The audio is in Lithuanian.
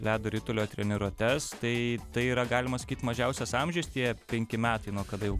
ledo ritulio treniruotes tai tai yra galima sakyt mažiausias amžius tie penki metai nuo kada jau